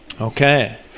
Okay